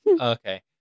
Okay